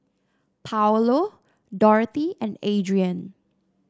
Paulo Dorothy and Adrien